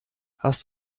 hast